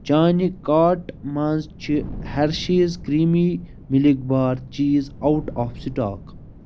چانہِ کارٹ مَنٛز چھ ۂرشیز کرٛیٖمی مِلک بار چیٖز اوٹ آف سِٹاک